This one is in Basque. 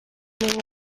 inongo